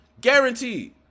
Guaranteed